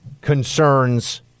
concerns